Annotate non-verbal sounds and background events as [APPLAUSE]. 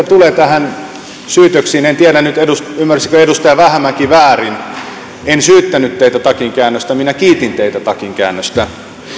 [UNINTELLIGIBLE] tulee näihin syytöksiin en en tiedä nyt ymmärsikö edustaja vähämäki väärin en syyttänyt teitä takinkäännöstä minä kiitin teitä takinkäännöstä